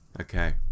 Okay